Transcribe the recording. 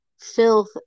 filth